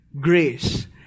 grace